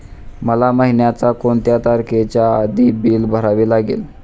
मला महिन्याचा कोणत्या तारखेच्या आधी बिल भरावे लागेल?